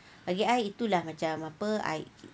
pada I itu lah macam apa